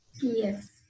Yes